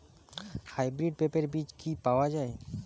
Hybrid পেঁপের বীজ কি পাওয়া যায়?